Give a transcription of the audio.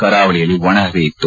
ಕರಾವಳಿಯಲ್ಲಿ ಒಣಹವೆ ಇತ್ತು